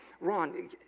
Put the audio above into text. Ron